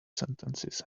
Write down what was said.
sentences